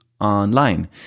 online